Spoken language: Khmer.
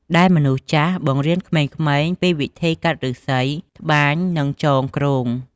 ដែលនមនុស្សចាស់បង្រៀនក្មេងៗពីវិធីកាត់ឫស្សី ត្បាញ និងចងគ្រោង។